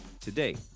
today